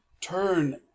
turn